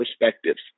perspectives